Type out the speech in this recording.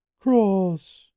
cross